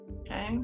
Okay